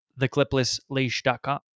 thecliplessleash.com